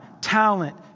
talent